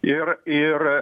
ir ir